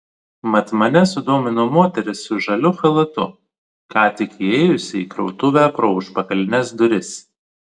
mat mane sudomino moteris su žaliu chalatu ką tik įėjusi į krautuvę pro užpakalines duris